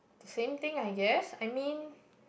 the same thing I guess I mean